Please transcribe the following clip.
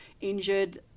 injured